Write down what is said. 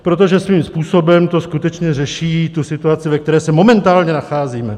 Protože svým způsobem to skutečně řeší tu situaci, ve které se momentálně nacházíme.